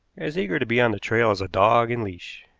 as eager to be on the trail as a dog in leash.